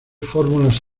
fórmulas